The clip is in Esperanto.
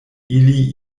ili